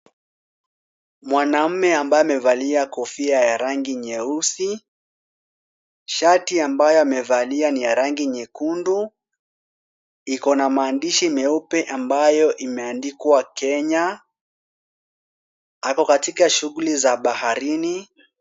Mwanamume ambaye amevalia kofia ya rangi nyeusi, shati ambayo amevalia ni ya rangi nyekundu. Iko na maandishi meupe ambayo imeandikwa Kenya. Ako katika shughuli za baharini.